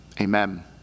Amen